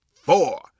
four